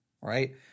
right